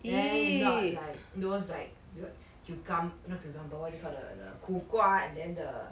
then if not like those like weird cucum~ not cucumber what do you call the the the 苦瓜 and then the